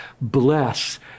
bless